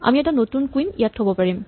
আমি এটা নতুন কুইন ইয়াত থ'ব পাৰিম